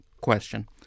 question